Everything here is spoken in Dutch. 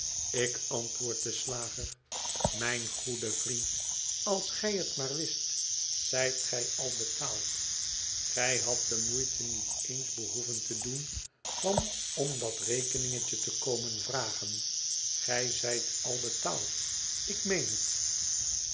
ik antwoord den slager mijn goede vriend als gij het maar wist zijt gij al betaald gij hadt de moeite niet eens behoeven te doen van om dat rekeningetje te komen vragen gij zijt al betaald ik meen het